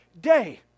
day